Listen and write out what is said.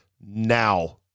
now